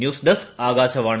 news desk Akashvani